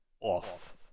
off